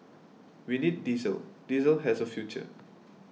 we need diesel diesel has a future